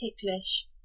ticklish